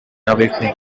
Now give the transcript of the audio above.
awakening